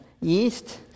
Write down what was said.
Yeast